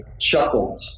chuckled